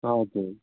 हजुर